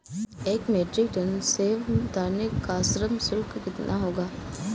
एक metric tonne सेव उतारने का श्रम शुल्क कितना होगा?